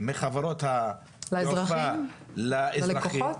מחברות התעופה לאזרחים,